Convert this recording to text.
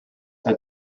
are